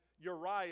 Uriah